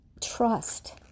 trust